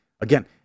Again